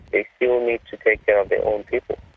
they still need to take care of their own people.